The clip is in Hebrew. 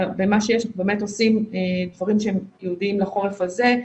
במה שיש באמת עושים דברים שהם ייעודיים לחורף הזה.